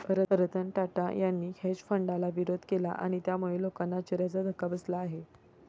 रतन टाटा यांनी हेज फंडाला विरोध केला आणि त्यामुळे लोकांना आश्चर्याचा धक्का बसला आहे